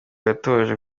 yatoje